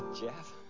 Jeff